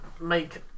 make